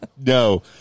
no